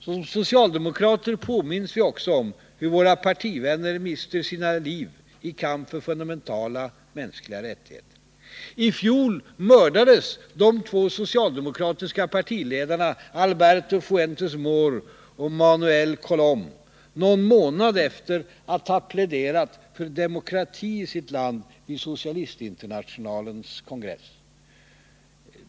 Som socialdemokrater påminns vi också om hur våra partivänner mister sina liv i kamp för fundamentala mänskliga rättigheter. I fjol mördades de två socialdemokratiska partiledarna Alberto Fuentes Mohr och Manuel Colom, någon månad efter att ha pläderat för demokrati i sitt land på Socialistinternationalens kongress.